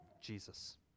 Jesus